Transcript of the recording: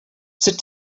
sit